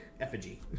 effigy